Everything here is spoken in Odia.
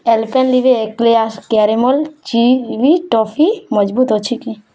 Alpenliebe eclairs caramel chewy toffee ମଜବୁତ ଅଛି କି